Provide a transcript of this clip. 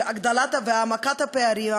של הגדלה והעמקה של הפערים,